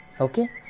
Okay